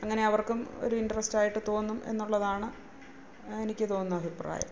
അങ്ങനെ അവര്ക്കും ഒരു ഇൻടറസ്റ്റ് ആയിട്ട് തോന്നും എന്നുള്ളതാണ് എനിക്ക് തോന്നുന്ന അഭിപ്രായം